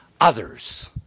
others